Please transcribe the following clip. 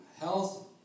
Health